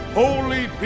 holy